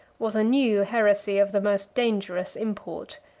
was a new heresy of the most dangerous import.